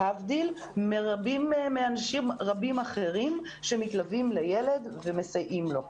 להבדיל מאנשים רבים אחרים שמתלווים ומסייעים לו.